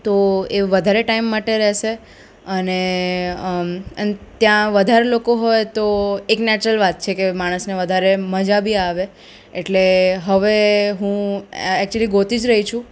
તો એ વધારે ટાઈમ માટે રહેશે અને ત્યાં વધારે લોકો હોય તો એક નેચરલ વાત છે કે માણસને વધારે મજા બી આવે એટલે હવે હું એક્ચ્યુલી ગોતી જ રહી છું